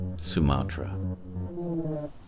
Sumatra